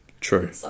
True